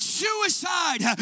suicide